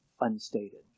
unstated